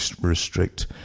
restrict